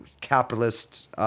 capitalist